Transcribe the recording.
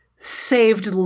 saved